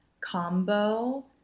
combo